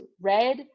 red